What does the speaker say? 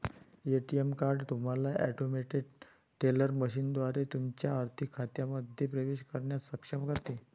ATM card तुम्हाला automated teller मशीनद्वारे तुमच्या आर्थिक खात्यांमध्ये प्रवेश करण्यास सक्षम करते